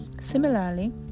similarly